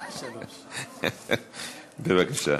בבקשה.